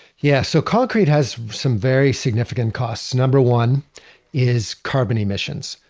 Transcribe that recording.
yeah. so concrete has some very significant costs. number one is carbon emissions.